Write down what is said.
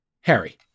Harry